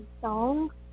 song